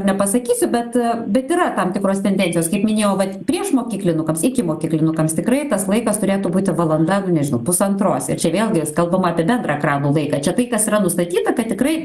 nepasakysiu bet bet yra tam tikros tendencijos kaip minėjau vat priešmokyklinukams ikimokyklinukams tikrai tas laikas turėtų būti valanda nu nžinau pusantros ir čia vėlgi mes kalbame apie bendrą ekranų laiką čia tai kas yra nustatyta kad tikrai